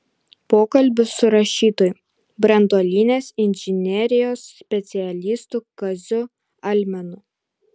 pokalbis su rašytoju branduolinės inžinerijos specialistu kaziu almenu